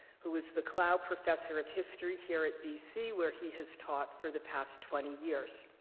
who is the clough professor of history here at bc, where he has taught for the past twenty years.